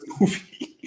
movie